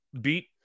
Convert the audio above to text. beat